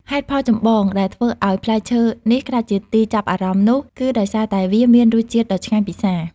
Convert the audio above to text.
ហេតុផលចម្បងដែលធ្វើឲ្យផ្លែឈើនេះក្លាយជាទីចាប់អារម្មណ៍នោះ គឺដោយសារតែវាមាន រសជាតិដ៏ឆ្ងាញ់ពិសា។